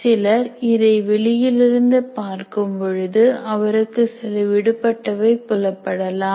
சிலர் இதை வெளியிலிருந்து பார்க்கும் பொழுது அவருக்கு சில விடுபட்டவை புலப்படலாம்